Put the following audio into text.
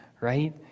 right